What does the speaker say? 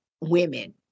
women